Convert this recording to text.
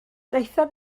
wnaethon